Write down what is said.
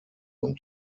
und